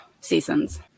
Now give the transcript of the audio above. seasons